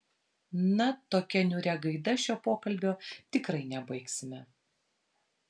na tokia niūria gaida šio pokalbio tikrai nebaigsime